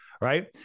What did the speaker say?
right